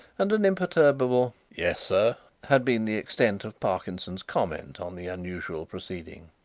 and an imperturbable yes, sir had been the extent of parkinson's comment on the unusual proceeding.